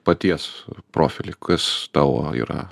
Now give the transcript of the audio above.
paties profilį kas tavo yra